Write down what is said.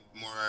more